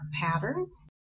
patterns